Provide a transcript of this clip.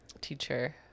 teacher